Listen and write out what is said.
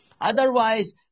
Otherwise